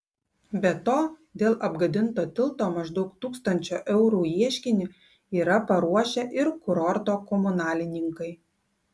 be to dėl apgadinto tilto maždaug tūkstančio eurų ieškinį yra paruošę ir kurorto komunalininkai